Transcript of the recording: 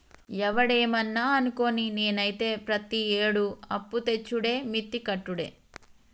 ఒవడేమన్నా అనుకోని, నేనైతే ప్రతియేడూ అప్పుతెచ్చుడే మిత్తి కట్టుడే